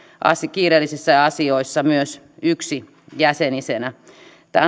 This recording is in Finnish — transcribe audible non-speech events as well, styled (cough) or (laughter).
kiireellisissä asioissa myös yksijäsenisenä tämä (unintelligible)